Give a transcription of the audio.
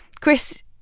Chris